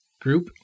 group